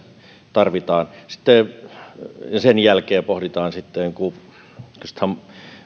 tarvitaan ja sen jälkeen pohditaan sitten